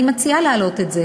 אני מציעה להעלות את הנושא הזה